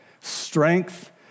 strength